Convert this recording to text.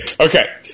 okay